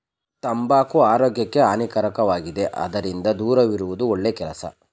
ತಂಬಾಕು ಆರೋಗ್ಯಕ್ಕೆ ಹಾನಿಕಾರಕವಾಗಿದೆ ಅದರಿಂದ ದೂರವಿರುವುದು ಒಳ್ಳೆ ಕೆಲಸ